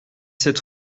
sept